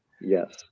Yes